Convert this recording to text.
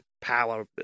power